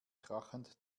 krachend